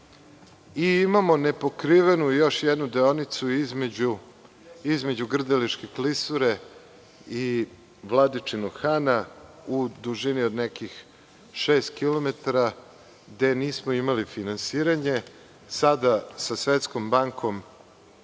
i imamo nepokrivenu još jednu deonicu između Grdeličke klisure i Vladičinog Hana u dužini od nekih 6 kilometara, gde nismo imali finansiranje. Sada sa Svetskom bankom